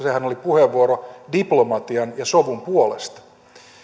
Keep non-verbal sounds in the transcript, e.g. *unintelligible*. *unintelligible* sehän oli puheenvuoro diplomatian ja sovun puolesta